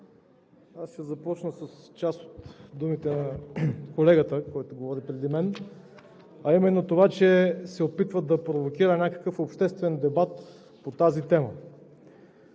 Аз ще започна с част от думите на колегата, който говори преди мен, а именно, че се опитват да провокират някакъв обществен дебат по тази тема.